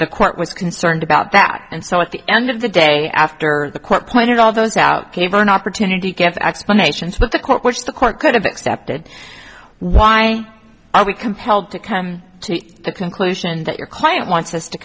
the court was concerned about that and so at the end of the day after the court pointed all those out gave her an opportunity kept explanations for the court which the court could have accepted why are we compelled to come to the conclusion that your client wants us to